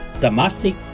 domestic